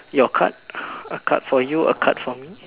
your card a card for you a card for me